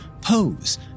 pose